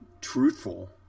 truthful